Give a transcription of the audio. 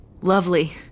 Lovely